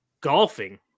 golfing